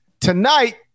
Tonight